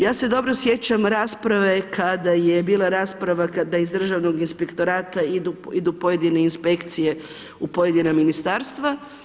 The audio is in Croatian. Ja se dobro sjećam rasprave kada je bila rasprava kada iz Državnog inspektorata idu pojedine inspekcije u pojedina ministarstva.